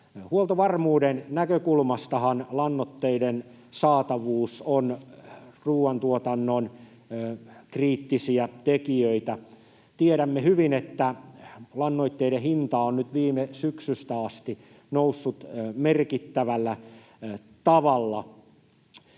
Huoltovarmuuden näkökulmastahan lannoitteiden saatavuus on ruoantuotannon kriittisiä tekijöitä. Tiedämme hyvin, että lannoitteiden hinta on nyt viime syksystä asti noussut merkittävällä tavalla.